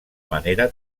manera